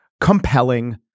compelling